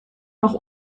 noch